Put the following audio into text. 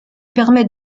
permet